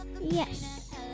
Yes